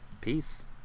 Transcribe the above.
Peace